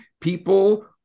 people